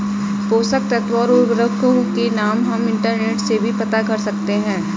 पोषक तत्व और उर्वरकों के नाम हम इंटरनेट से भी पता कर सकते हैं